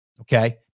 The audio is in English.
Okay